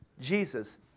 jesus